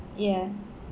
ya